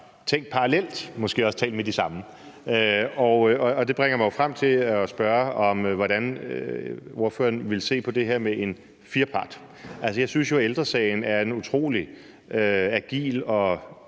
tænkt parallelt og måske også talt med de samme. Det bringer mig frem til at spørge om, hvordan ordføreren vil se på det her med en firpartsinstitution. Altså, jeg synes jo, Ældre Sagen er en utrolig agil og